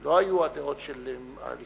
לא היו הדעות של הליכוד.